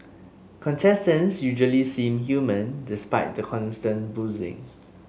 contestants usually seem human despite the constant boozing